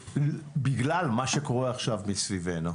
בגלל מה שקורה עכשיו מסביבנו.